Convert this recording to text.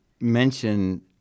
mention